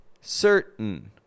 certain